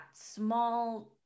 small